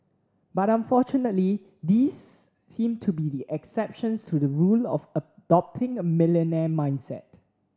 but unfortunately these seem to be the exceptions to the rule of adopting a millionaire mindset